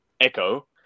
Echo